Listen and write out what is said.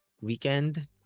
weekend